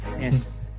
Yes